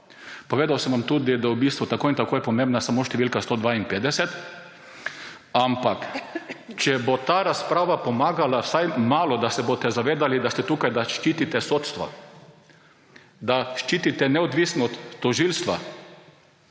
Povedal sem vam tudi, da je v bistvu tako in tako pomembna samo številka 152. Ampak če bo ta razprava pomagala vsaj malo, da se boste zavedali, da ste tukaj, da ščitite sodstvo, da ščitite neodvisnost tožilstva,